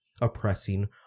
oppressing